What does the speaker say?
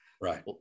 Right